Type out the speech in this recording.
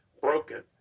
broken